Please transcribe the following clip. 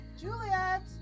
Juliet